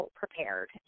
prepared